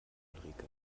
ulrike